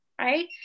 right